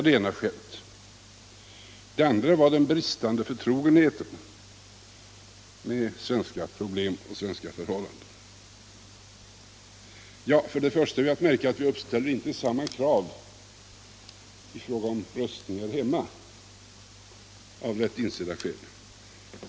Det andra skälet var den bristande förtrogenheten med svenska problem och svenska förhållanden. Det är till att börja med att märka att vi inte uppställer samma krav för röstning här hemma, av lätt insedda skäl.